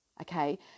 okay